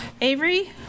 Avery